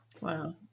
Wow